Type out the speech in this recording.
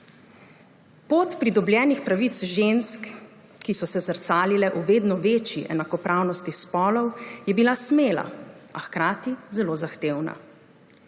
Pot pridobljenih pravic žensk, ki so se zrcalile v vedno večji enakopravnosti spolov, je bila smela, a hkrati zelo zahtevna.